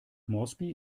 moresby